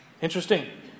Interesting